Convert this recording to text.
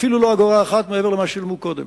אפילו לא אגורה אחת, מעבר למה ששילמו קודם.